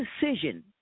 decision